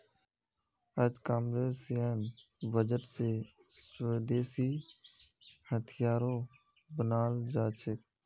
अजकामलेर सैन्य बजट स स्वदेशी हथियारो बनाल जा छेक